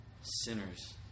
sinners